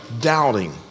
doubting